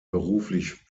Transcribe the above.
beruflich